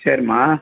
சரிம்மா